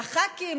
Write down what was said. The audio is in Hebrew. לח"כים,